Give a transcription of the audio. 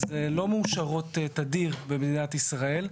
אז לא מאושרות תדיר במדינת ישראל.